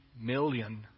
million